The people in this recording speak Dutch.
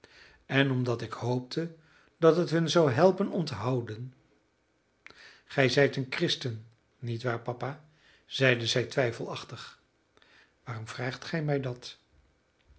en omdat ik hoopte dat het hun zou helpen onthouden gij zijt een christen niet waar papa zeide zij twijfelachtig waarom vraagt ge mij dat